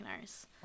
nurse